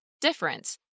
difference